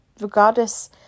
regardless